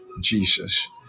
jesus